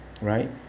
right